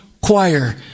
choir